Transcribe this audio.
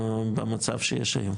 במצב שיש היום?